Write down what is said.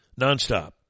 Nonstop